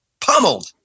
pummeled